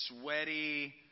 sweaty